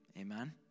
Amen